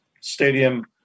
stadium